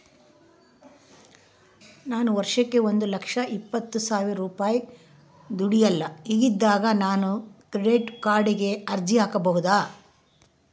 ನಾನು ವರ್ಷಕ್ಕ ಒಂದು ಲಕ್ಷ ಇಪ್ಪತ್ತು ಸಾವಿರ ರೂಪಾಯಿ ದುಡಿಯಲ್ಲ ಹಿಂಗಿದ್ದಾಗ ನಾನು ಕ್ರೆಡಿಟ್ ಕಾರ್ಡಿಗೆ ಅರ್ಜಿ ಹಾಕಬಹುದಾ?